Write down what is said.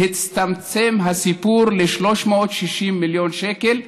הצטמצם הסיפור ל-360 מיליון שקל,